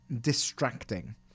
distracting